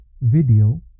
video